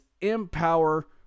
Empower